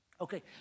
Okay